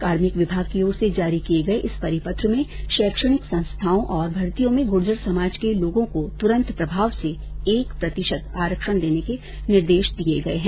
कार्मिक विभाग की ओर से जारी किए गए इस परिपत्र में शैक्षणिक संस्थाओं और भर्तियों में गूर्जर समाज के लोगों को तुरंत प्रभाव से एक प्रतिशत आरक्षण देने के निर्देश दिए गए हैं